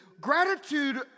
gratitude